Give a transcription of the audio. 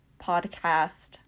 podcast